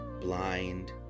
blind